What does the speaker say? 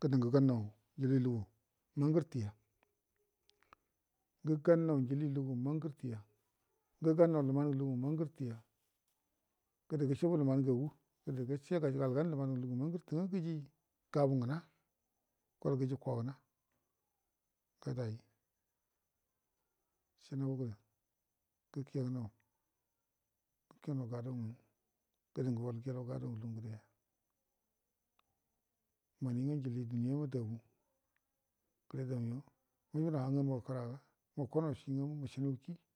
gədə ngə gannau ujili lugu mangərrtəya-ngə gannan njili lugu mangərətəya ngə gannau luman ngə lugu mangərətəya gədə gəshubu luman ngagu gal gau luman ngə mangərətə nga gəji gabu ngəna gol gəji kogə na ga dai shinandə gəkeyinan gəke gənau gado ngamu gədə ngə gol giyolau gado ngə lugu ngədaya məni nga nijini duniyama dabu damma mubinan haugamuwa kəraga mukonau chiming amu mushinan ki.